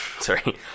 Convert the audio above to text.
Sorry